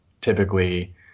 typically